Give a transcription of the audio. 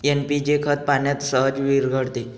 NPK खत पाण्यात सहज विरघळते